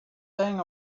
thing